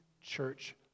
church